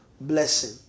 blessing